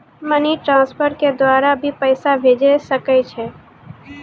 Money transfer के द्वारा भी पैसा भेजै सकै छौ?